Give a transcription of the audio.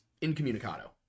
incommunicado